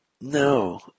No